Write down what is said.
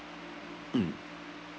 mm